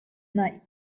night